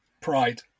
Pride